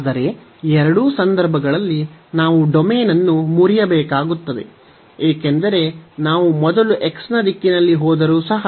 ಆದರೆ ಎರಡೂ ಸಂದರ್ಭಗಳಲ್ಲಿ ನಾವು ಡೊಮೇನ್ ಅನ್ನು ಮುರಿಯಬೇಕಾಗುತ್ತದೆ ಏಕೆಂದರೆ ನಾವು ಮೊದಲು x ನ ದಿಕ್ಕಿನಲ್ಲಿ ಹೋದರೂ ಸಹ